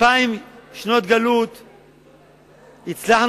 2,000 שנות גלות הצלחנו,